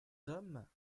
hommes